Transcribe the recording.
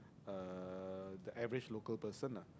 uh the average local person ah